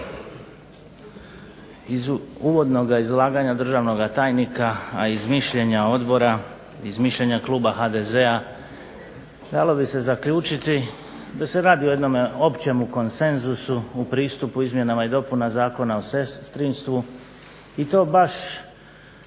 Iz uvodnoga izlaganja državnog tajnika, a iz mišljenja Odbora, iz mišljenja Kluba HDZ-a dalo bi se zaključiti da se radi o jednom konsenzusu u pristupu Izmjenama i dopunama Zakona o sestrinstvu i to baš